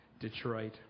Detroit